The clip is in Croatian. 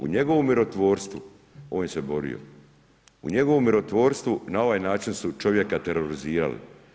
U njegovom mirotvorstvu on se je borio, njegovom mirotvorstvu na ovaj način su čovjeka terorizirali.